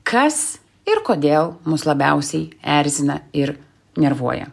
kas ir kodėl mus labiausiai erzina ir nervuoja